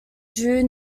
drew